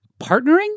partnering